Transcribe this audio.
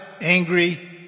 angry